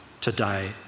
today